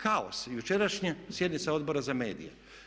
Kaos, jučerašnja sjednica Odbora za medije.